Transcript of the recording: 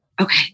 okay